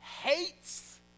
hates